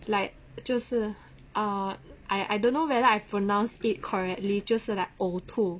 like 就是 ah I I don't know whether I pronounced it correctly 就是 like 呕吐